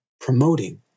promoting